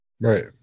right